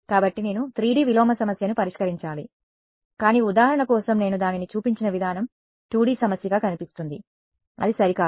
కాబట్టి నేను 3D విలోమ సమస్యను పరిష్కరించాలి కానీ ఉదాహరణ కోసం నేను దానిని చూపించిన విధానం 2D సమస్యగా కనిపిస్తోంది అది సరికాదు